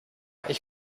ich